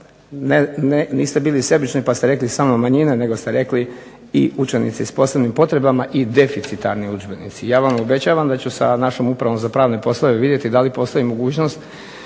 niste bili sebični pa ste rekli samo manjina, nego ste rekli i učenici s posebnim potrebama i deficitirani udžbenici. Ja vam obećavam da ću sa našom upravom za pravne poslove vidjeti da li postoji mogućnost